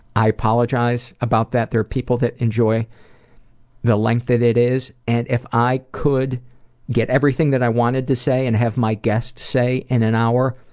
i apologize about that. there are people that enjoy the length that it is, and if i could get everything that i wanted to say, and have my guests say in an hour,